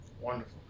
Wonderful